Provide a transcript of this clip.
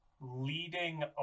leading